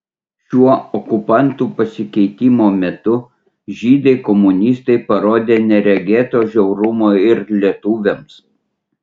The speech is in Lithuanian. šiuo okupantų pasikeitimo metu žydai komunistai parodė neregėto žiaurumo ir lietuviams